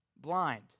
blind